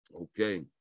Okay